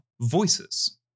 voices